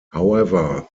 however